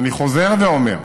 ואני חוזר ואומר,